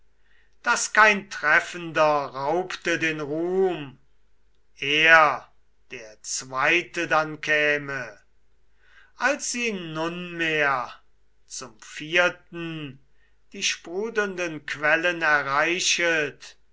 daß kein treffender raubte den ruhm er der zweite dann käme als sie nunmehr zum vierten die sprudelnden quellen erreichet